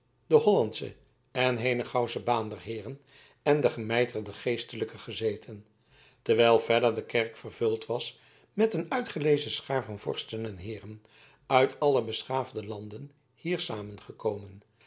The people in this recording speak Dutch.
de hollandsche en henegouwsche baanderheeren en de gemijterde geestelijken gezeten terwijl verder de kerk vervuld was met een uitgelezen schaar van vorsten en heeren uit alle beschaafde landen hier